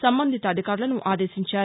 సంబందిత అధికారులను ఆదేశించారు